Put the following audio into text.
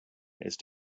ist